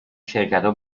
شرکتا